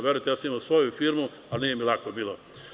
Verujte, ja sam imao svoju firmu, ali nije mi lako bilo.